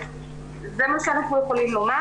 זה מה שאנחנו יכולים לומר.